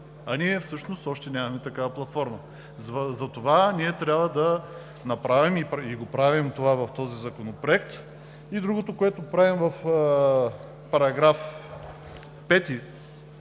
а ние всъщност още нямаме такава платформа. Затова ние трябва да направим това в този законопроект. Другото, което правим в § 5